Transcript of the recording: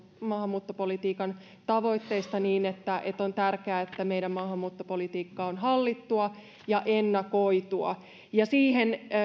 maahanmuuttopolitiikan tavoitteista niin että on tärkeää että meidän maahanmuuttopolitiikka on hallittua ja ennakoitua